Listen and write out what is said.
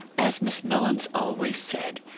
as miss mellins always said,